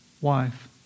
wife